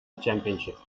championship